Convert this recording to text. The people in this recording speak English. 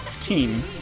team